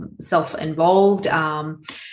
self-involved